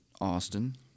austin